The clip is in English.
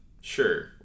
sure